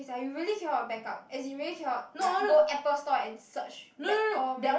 it's like you really cannot backup as in really cannot like go apple store and search back all meh